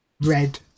red